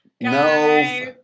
No